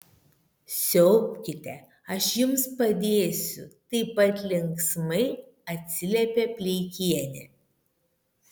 siaubkite aš jums padėsiu taip pat linksmai atsiliepė pleikienė